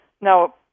Now